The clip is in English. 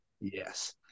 Yes